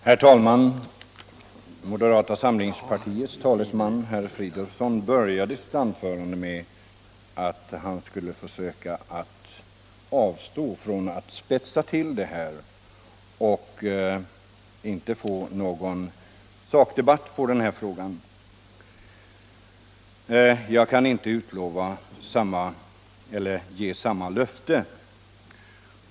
Herr talman! Moderata samlingspartiets talesman herr Fridolfsson började sitt anförande med att säga att han skulle försöka avstå från att spetsa till det här, avstå från att föra en sakdebatt i frågan. Jag kan inte ge samma löfte.